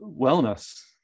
wellness